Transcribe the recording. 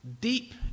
deep